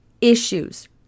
issues